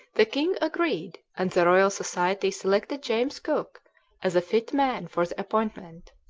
the king agreed, and the royal society selected james cook as a fit man for the appointment.